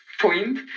point